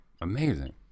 amazing